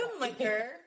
liquor